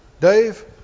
Dave